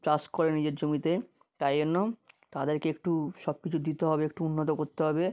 চাষ করে নিজের জমিতে তাই জন্য তাদেরকে একটু সব কিছু দিতে হবে একটু উন্নত করতে হবে